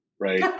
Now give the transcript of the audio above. right